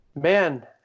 Man